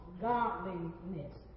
godliness